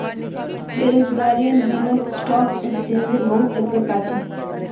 बेरोजगारीर दिनत स्टॉक एक्सचेंजेर बहुत चक्कर काट छ